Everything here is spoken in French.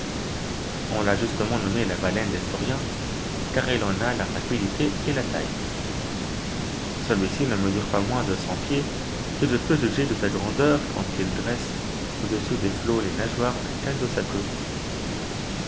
on l'a justement nommé la baleine des sauriens car il en a la rapidité et la taille celui-ci ne mesure pas moins de cent pieds et je peux juger de sa grandeur quand il dresse au-dessus des flots les nageoires verticales de sa queue